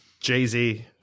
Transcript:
Jay-Z